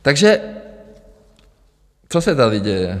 Takže co se tady děje?